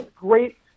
great